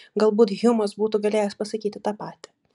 galbūt hjumas būtų galėjęs pasakyti tą patį